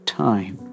time